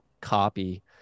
copy